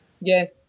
Yes